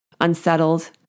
unsettled